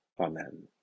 Amen